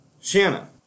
Shanna